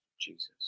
Jesus